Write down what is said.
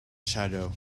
shadow